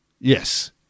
yes